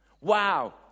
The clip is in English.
Wow